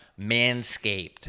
Manscaped